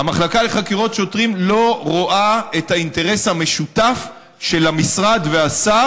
המחלקה לחקירות שוטרים לא רואה את האינטרס המשותף של המשרד והשרה